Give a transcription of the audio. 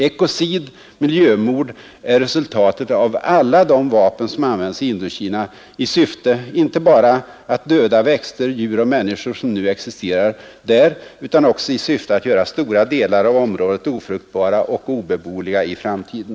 Ekocid, miljömord, är resultatet av alla de vapen som används i Indokina i syfte inte bara att döda växter, djur och människor som nu existerar där utan också i syfte att göra stora delar av området ofruktbara och obeboeliga i framtiden.